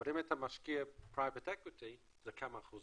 אבל אם אתה משקיע ב- private equity זה כמה אחוזים,